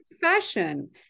fashion